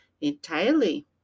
entirely